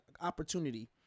opportunity